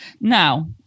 Now